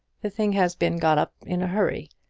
the thing has been got up in a hurry.